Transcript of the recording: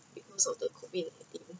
because of the COVID nineteen